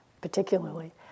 particularly